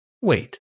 Wait